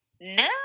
No